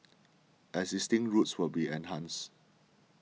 existing routes will be enhanced